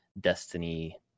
destiny